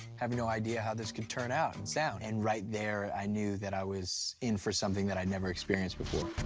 have no idea how this could turn out and sound. and right there, i knew that i was in for something that i never experienced before.